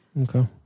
Okay